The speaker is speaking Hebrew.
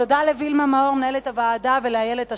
תודה לווילמה מאור, מנהלת הוועדה, ולאיילת השחר,